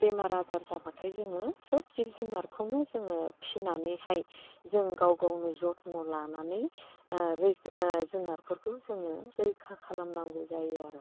बेमार आजार जाब्लाथाय जोङो सोब जिब जुनारखौनो जोङो फिनानैहाय जों गाव गावनो जथन' लानानै जुनारफोरखौ जोङो रैखा खालामनांगौ जायो आरो